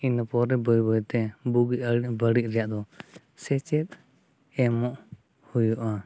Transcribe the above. ᱤᱱᱟᱹᱯᱚᱨᱮ ᱵᱟᱹᱭ ᱵᱟᱹᱭᱛᱮ ᱵᱩᱜᱤ ᱟᱨ ᱵᱟᱹᱲᱤᱡᱽ ᱨᱮᱭᱟᱜ ᱫᱚ ᱥᱮᱪᱮᱫ ᱮᱢᱚᱜ ᱦᱩᱭᱩᱜᱼᱟ